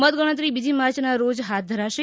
મતગણતરી બીજી માર્ચના રોજ હાથ ધરાશે